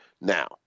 Now